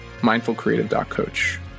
mindfulcreative.coach